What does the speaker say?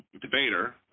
debater